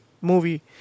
movie